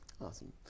Awesome